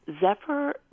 Zephyr